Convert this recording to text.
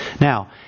Now